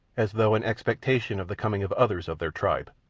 as though in expectation of the coming of others of their tribe.